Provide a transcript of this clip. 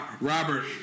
Robert